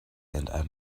and